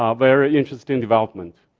ah very interesting development.